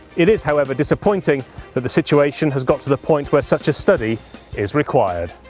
it is however disappointing that the situation has got to the point where such a study is required.